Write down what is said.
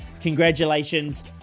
congratulations